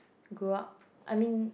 grow up I mean